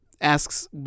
asks